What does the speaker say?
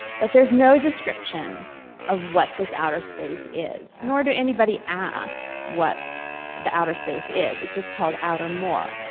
but there's no description of what this outer space is nor do anybody ask what the outer space is. it's just called outer more.